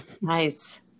Nice